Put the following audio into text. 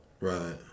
Right